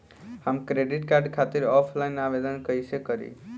हम credit card खातिर offline आवेदन कइसे करि?